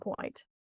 point